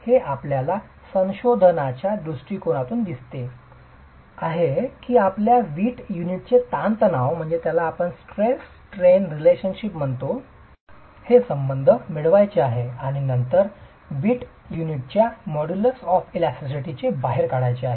हे आपल्याला संशोधनाच्या दृष्टीकोनातून दिसते आहे की आपल्याला वीट युनिटचे तणाव ताण संबंध मिळवायचे आहे आणि नंतर वीट युनिटच्या इलास्टिसिटी मोडुलुस बाहेर काढायचे आहे